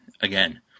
again